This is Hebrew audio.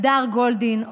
הדר גולדין,